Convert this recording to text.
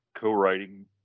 co-writing